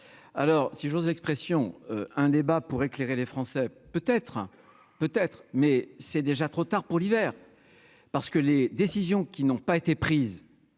alors si j'ose l'expression un débat pour éclairer les Français, peut être, peut être, mais c'est déjà trop tard pour l'hiver parce que les décisions qui n'ont pas été prises